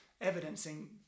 evidencing